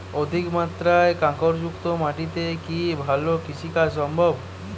অধিকমাত্রায় কাঁকরযুক্ত মাটিতে কি ভালো কৃষিকাজ সম্ভব?